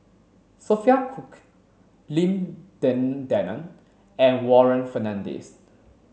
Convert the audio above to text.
Sophia Cooke Lim Denan Denon and Warren Fernandez